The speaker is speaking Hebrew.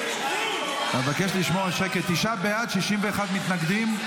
אבקש לשמור על שקט, 61 מתנגדים.